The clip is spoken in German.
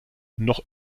noch